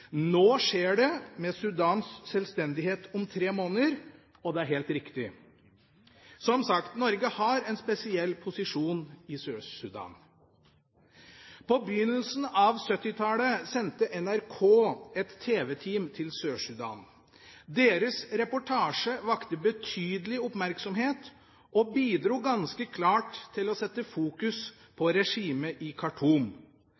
Nå skjer det, med Sør-Sudans selvstendighet om tre måneder, og det er helt riktig. Som sagt, Norge har en spesiell posisjon i Sør-Sudan. På begynnelsen av 1970-tallet sendte NRK et tv-team til Sør-Sudan. Deres reportasje vakte betydelig oppmerksomhet og bidro ganske klart til å sette fokus